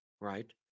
right